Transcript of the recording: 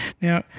Now